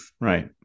Right